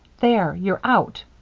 there! you're out.